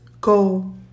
go